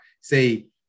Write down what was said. say